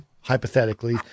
hypothetically